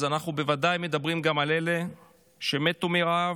אז אנחנו בוודאי מדברים גם על אלה שמתו מרעב,